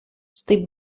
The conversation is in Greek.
στην